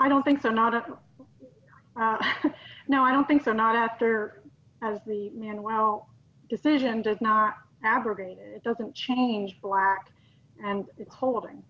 i don't think so not only now i don't think so not after the man well decision does not abrogate it doesn't change black and holding